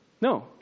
No